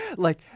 like,